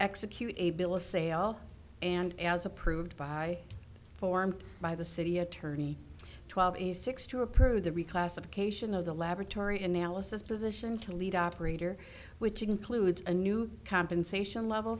execute a bill of sale and as approved by form by the city attorney twelve eighty six to approve the reclassification of the laboratory analysis position to lead operator which includes a new compensation level